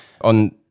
on